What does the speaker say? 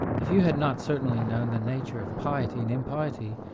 if you had not certainly known the nature of piety and impiety,